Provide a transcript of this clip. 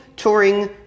touring